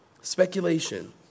speculation